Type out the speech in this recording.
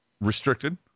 restricted